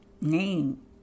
name